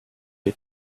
you